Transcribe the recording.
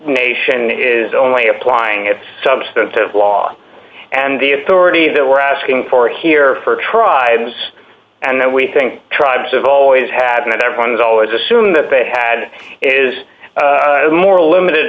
nation is only applying its substantive law and the authority that we're asking for here for tribes and we think tribes of always had been and everyone's always assuming that they had is a more limited